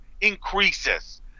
increases